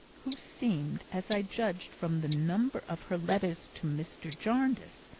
who seemed, as i judged from the number of her letters to mr. jarndyce,